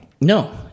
No